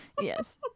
Yes